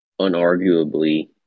unarguably